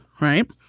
right